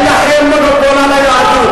נכון, אבל למה אתה מתעצבן?